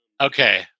okay